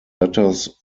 letters